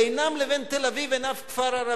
בינם לבין תל-אביב אין אף כפר ערבי,